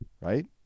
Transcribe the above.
Right